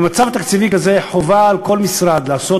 במצב תקציבי כזה חובה על כל משרד לעשות